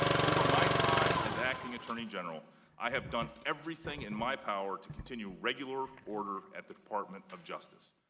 over my time is acting attorney general i have done everything and my power to continue regular order at the department of justice.